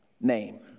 name